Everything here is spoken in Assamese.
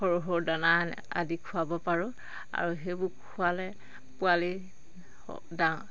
সৰু সৰু দানা আদি খুৱাব পাৰোঁ আৰু সেইবোৰ খোৱালে পোৱালি ডাঙৰ